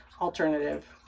alternative